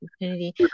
opportunity